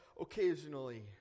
occasionally